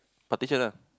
partition ah